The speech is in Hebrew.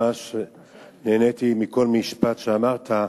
ממש נהניתי מכל משפט שאמרת,